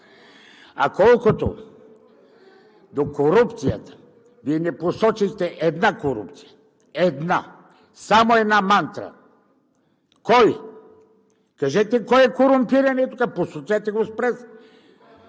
Колкото до корупцията – Вие не посочихте една корупция. Една! Само една мантра – кой? Кажете кой тук е корумпираният? Посочете го с пръст!